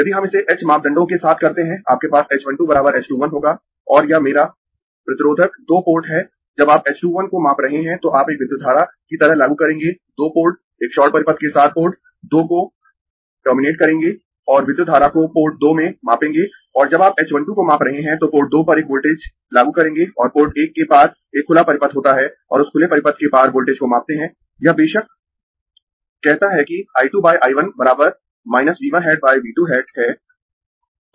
यदि हम इसे h मापदंडों के साथ करते है आपके पास h 1 2 बराबर h 2 1 होगा और यह मेरा प्रतिरोधक दो पोर्ट है जब आप h 2 1 को माप रहे है तो आप एक विद्युत धारा की तरह लागू करेंगें दो पोर्ट एक शॉर्ट परिपथ के साथ पोर्ट दो को टर्मिनेट करेंगें और विद्युत धारा को पोर्ट दो में मापेंगें और जब आप h 1 2 को माप रहे है तो पोर्ट दो पर एक वोल्टेज लागू करेंगें और पोर्ट एक के पार एक खुला परिपथ होता है और उस खुले परिपथ के पार वोल्टेज को मापते है यह बेशक कहता है कि I 2 I 1 V 1 hat V 2 hat है